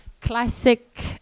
classic